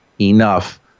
enough